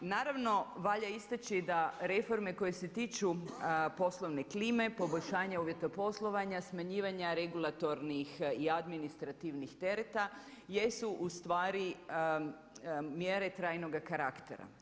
Naravno valja istaći da reforme koje se tiču poslovne klime, poboljšanje uvjeta poslovanja, smanjivanja regulatornih i administrativnih tereta jesu u stvari mjere trajnoga karaktera.